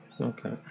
Okay